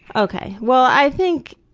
ok. well, i think,